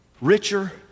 richer